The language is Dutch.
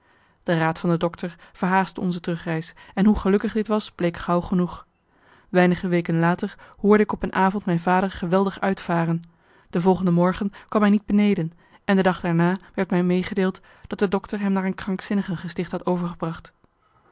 de raad van de dokter verhaastte onze terugreis en hoe gelukkig dit was bleek gauw genoeg weinige weken later hoorde ik op een avond mijn vader geweldig uitvaren de volgende morgen kwam hij niet beneden en de dag daarna werd mij meegedeeld dat de dokter hem naar een krankzinnigengesticht had overgebracht